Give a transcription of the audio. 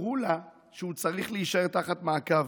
אמרו לה שהוא צריך להישאר תחת מעקב.